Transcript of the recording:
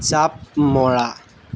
জাঁপ মৰা